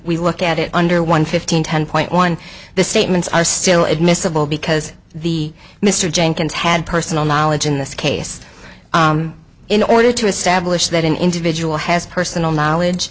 we look at it under one fifteen ten point one the statements are still admissible because the mr jenkins had personal knowledge in this case in order to establish that an individual has personal knowledge